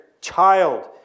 child